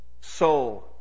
soul